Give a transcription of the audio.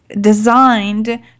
designed